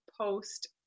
post